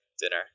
dinner